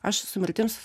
aš su mirtim